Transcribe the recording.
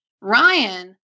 Ryan